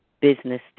business